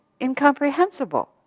incomprehensible